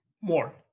More